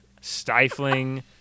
stifling